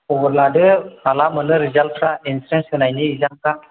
खबर लादो माला मोनो रिजाल्तफ्रा इनट्रेन्स होनायनि रिजाल्तफ्रा